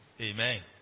Amen